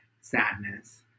sadness